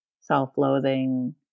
self-loathing